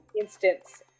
instance